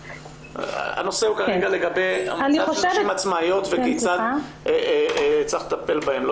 הנושא הוא כרגע לגבי המצב של נשים עצמאיות וכיצד צריך לטפל בהן.